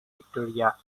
victoria